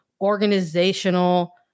organizational